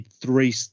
three